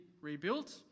rebuilt